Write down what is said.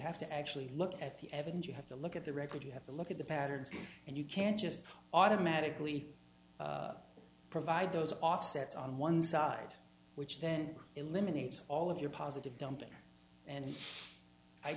have to actually look at the evidence you have to look at the record you have to look at the patterns and you can't just automatically provide those offsets on one side which then eliminates all of your positive dumping and i